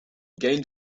gained